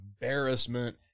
embarrassment